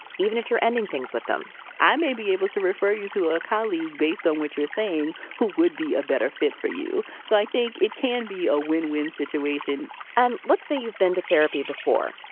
even if you're ending things with them i may be able to refer you to a colleague based on what you're saying who would be a better fit for you. so i think it can be a win-win situation and let's say you've been to therapy before.